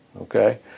okay